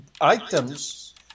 items